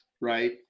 right